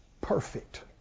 perfect